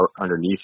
underneath